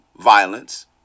Violence